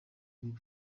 bibi